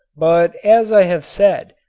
but as i have said,